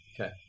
Okay